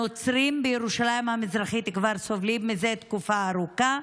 הנוצרים בירושלים המזרחית כבר סובלים מזה תקופה ארוכה.